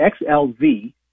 xlv